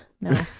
No